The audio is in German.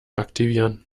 aktivieren